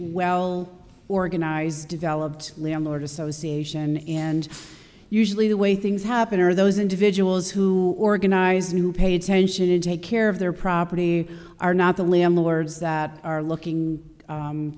well organized developed landlord association and usually the way things happen are those individuals who organize and who pay attention and take care of their property are not the only on the words that are looking